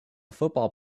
football